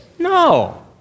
No